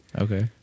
okay